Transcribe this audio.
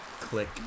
click